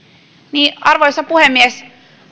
arvoisa puhemies